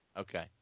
Okay